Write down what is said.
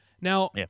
now